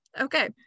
okay